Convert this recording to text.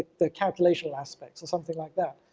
the calculation aspects or something like that.